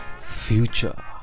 future